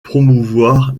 promouvoir